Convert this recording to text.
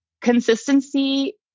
Consistency